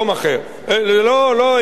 זה לא הגיוני, לא רציני.